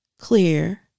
clear